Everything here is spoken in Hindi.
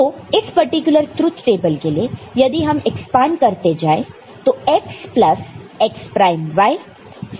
तो इस पर्टिकुलर ट्रुथ टेबल के लिए यदि हम एक्सपांड करते जाए तो x plus x prime y